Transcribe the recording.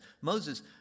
Moses